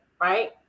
right